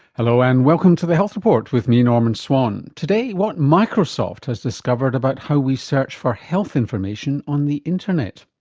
hello, and welcome to the health report with me, norman swan. today what microsoft has discovered about how we search for health information on the internet.